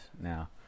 now